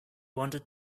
wanted